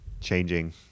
changing